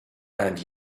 and